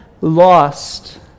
lost